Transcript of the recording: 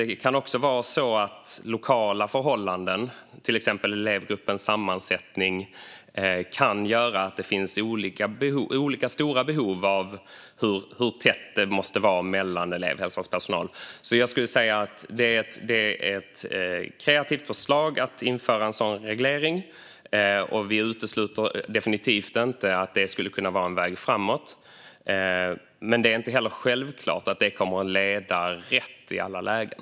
Det kan också vara så att lokala förhållanden, till exempel elevgruppens sammansättning, kan göra att det finns olika stora behov av hur tätt det måste vara mellan elevhälsans personal. Jag skulle säga att det är ett kreativt förslag att införa en sådan reglering. Vi utesluter definitivt inte att det skulle kunna vara en väg framåt, men det är inte heller självklart att det kommer att leda rätt i alla lägen.